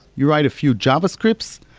you write a few javascripts,